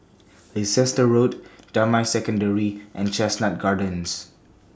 Leicester Road Damai Secondary and Chestnut Gardens